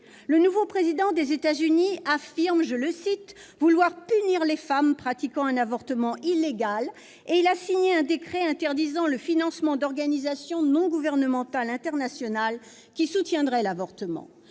Le nouveau président des États-Unis affirme vouloir « punir les femmes » pratiquant un avortement « illégal ». Il a signé un décret interdisant le financement d'organisations non gouvernementales internationales qui soutiendraient l'avortement.